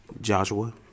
Joshua